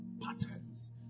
patterns